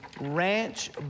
ranch